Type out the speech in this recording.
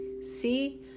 See